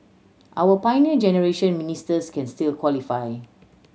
our Pioneer Generation Ministers can still qualify